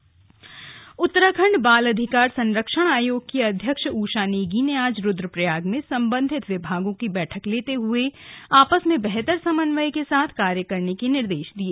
बैठक रुद्रप्रयाग उत्तराखंड बाल अधिकार संरक्षण आयोग की अध्यक्ष ऊषा नेगी ने आज रुद्रप्रयाग में संबंधित विभागों की बैठक लेते हुए आपस में बेहतर समन्वय के साथ कार्य करने के निर्देश दिए